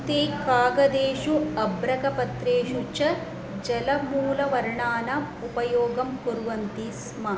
ते कागदेषु अभ्रकपत्रेषु च जलमूलवर्णानाम् उपयोगं कुर्वन्ति स्म